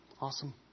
Awesome